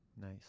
Nice